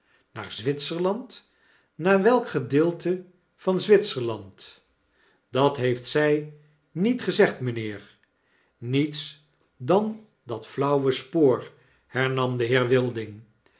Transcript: naar zwitserland naar welk gedeelte van zwitserland dat heeft zy niet gezegd mijnheer niets dan dat flauwe spoor hernam de